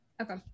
Okay